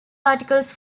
articles